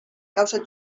causa